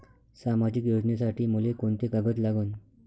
सामाजिक योजनेसाठी मले कोंते कागद लागन?